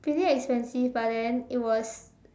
pretty expensive but then it was